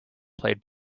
played